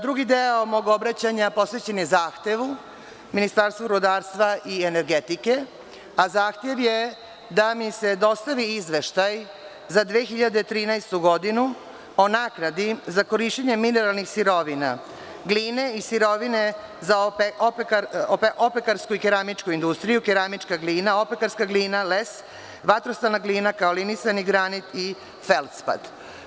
Drugi deo mog obraćanja posvećen je zahtevu, Ministarstvu rudarstva i energetike, a zahtev je da mi se dostavi izveštaj za 2013. godinu o naknadi za korišćenje mineralnih sirovina, gline i sirovine za opekarsku i keramičku industriju, keramička glina, opekarska glina, les, vatrostalna glina, kaolinisani granit i felspad.